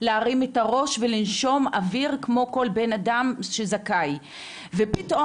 להרים את הראש ולנשום אוויר כמו כל בנאדם שזכאי ופתאום,